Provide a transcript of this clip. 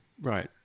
Right